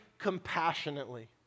compassionately